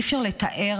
אי-אפשר לתאר.